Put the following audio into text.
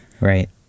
Right